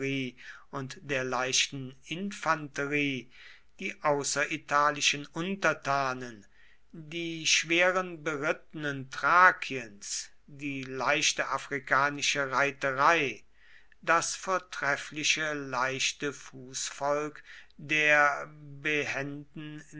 und der leichten infanterie die außeritalischen untertanen die schweren berittenen thrakiens die leichte afrikanische reiterei das vortreffliche leichte fußvolk der bebenden